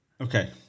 Okay